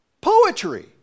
Poetry